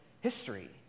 history